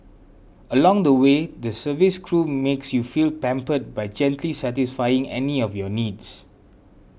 along the way the service crew makes you feel pampered by gently satisfying any of your needs